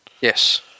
Yes